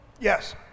Yes